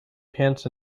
pants